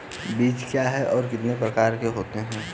बीज क्या है और कितने प्रकार के होते हैं?